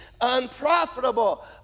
unprofitable